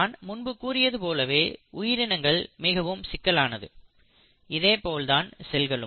நான் முன்பு கூறியது போலவே உயிரினங்கள் மிகவும் சிக்கலானது இதேபோல்தான் செல்களும்